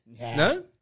No